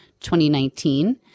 2019